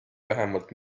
vähemalt